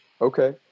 Okay